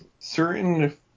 Certain